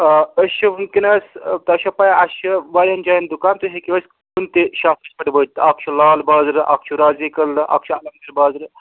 آ أسۍ چھِ وُنکٮ۪نَس تۄہہِ چھا پَے اَسہِ چھِ وارِیاہن جایَن دُکان تُہۍ ہیٚکِو اَسہِ کُنہِ تہِ شاپَس پٮ۪ٹھ وٲتِتھ اَکھ چھُ لال بازرٕ اَکھ چھُ رازی کٔدلہٕ اَکھ چھُ المگیٖر بازرٕ